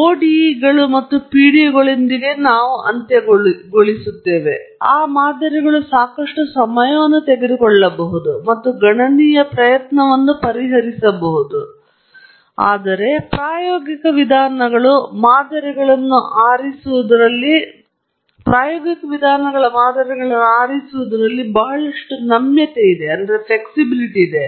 ODE ಗಳು ಮತ್ತು PDE ಗಳೊಂದಿಗೆ ನಾವು ಅಂತ್ಯಗೊಳ್ಳುತ್ತೇವೆ ಮತ್ತು ಆ ಮಾದರಿಗಳು ಸಾಕಷ್ಟು ಸಮಯವನ್ನು ತೆಗೆದುಕೊಳ್ಳಬಹುದು ಮತ್ತು ಗಣನೀಯ ಪ್ರಯತ್ನವನ್ನು ಪರಿಹರಿಸಬಹುದು ಆದರೆ ಪ್ರಾಯೋಗಿಕ ವಿಧಾನಗಳು ಮಾದರಿಗಳನ್ನು ಆರಿಸುವುದರಲ್ಲಿ ಬಹಳಷ್ಟು ನಮ್ಯತೆಯನ್ನು ನೀಡುತ್ತವೆ